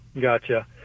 Gotcha